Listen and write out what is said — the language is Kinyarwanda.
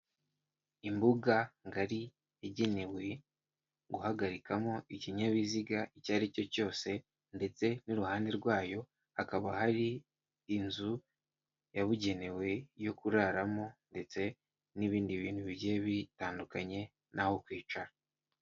Imbuga ngari igenewe guhagarikamo ikinyabiziga icyo ari cyo cyose, ndetse n'iruhande rwayo, hakaba hari inzu yabugenewe yo kuraramo, ndetse n'ibindi bintu bigiye bitandukanye n'aho kwicara.